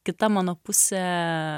kita mano pusė